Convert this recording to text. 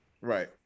Right